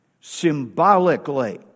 symbolically